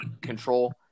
control